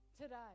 today